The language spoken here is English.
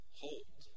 hold